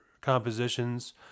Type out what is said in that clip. compositions